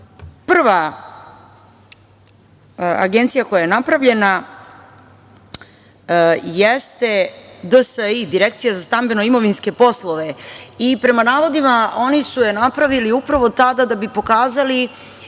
Prva agencija koja je napravljena jeste DSI – Direkcija za stambeno-imovinske poslove i prema navodima oni su je napravili upravo tada da bi pokazali